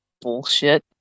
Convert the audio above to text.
bullshit